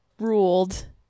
ruled